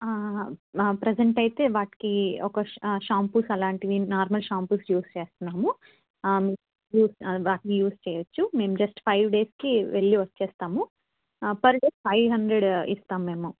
present అయితే వాటికి ఒక షాంపూస్ అలాంటివి నార్మల్ షాంపూస్ యూజ్ చేస్తున్నాము వాటిని యూజ్ చేయవచ్చు మేము జస్ట్ ఫైవ్ డేస్కి వెళ్లి వచ్చేస్తాము పర్ డే ఫైవ్ హండ్రెడ్ ఇస్తాము మేము